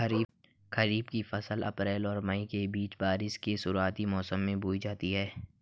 खरीफ़ की फ़सल अप्रैल और मई के बीच, बारिश के शुरुआती मौसम में बोई जाती हैं